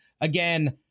Again